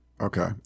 Okay